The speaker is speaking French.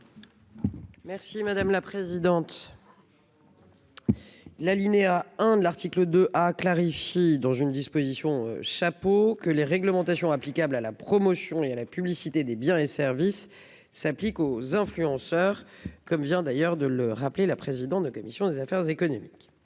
Merci madame la présidente. L'alinéa 1 de l'article 2 a clarifie dans une disposition chapeau que les réglementations applicables à la promotion et à la publicité des biens et services s'applique aux influenceurs comme vient d'ailleurs de le rappeler, la président de la commission des affaires économiques.